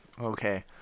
Okay